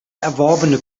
erworbene